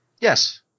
Yes